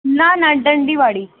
न न ॾंडी वारी